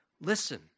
listen